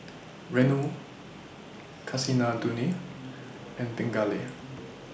Renu Kasinadhuni and Pingali